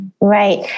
right